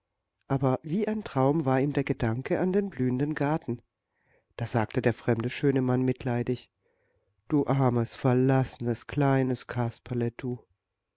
aber wie ein traum war ihm der gedanke an den blühenden garten da sagte der fremde schöne mann mitleidig du armes verlaufenes kleines